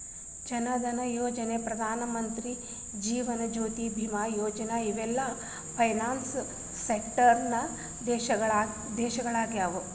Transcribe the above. ಜನ್ ಧನಯೋಜನಾ, ಪ್ರಧಾನಮಂತ್ರಿ ಜೇವನ ಜ್ಯೋತಿ ಬಿಮಾ ಯೋಜನಾ ಇವೆಲ್ಲ ಫೈನಾನ್ಸ್ ಸ್ಕೇಮ್ ನಮ್ ದೇಶದಾಗಿನವು